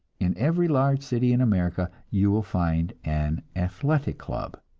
in every large city in america you will find an athletic club,